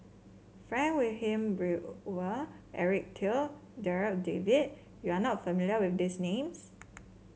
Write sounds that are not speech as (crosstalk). Frank Wilmin (unintelligible) Eric Teo Darryl David you are not familiar with these names